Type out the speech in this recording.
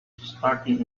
starting